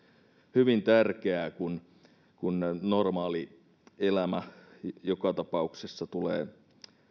hyvin tärkeää kun kun normaali elämä joka tapauksessa tulee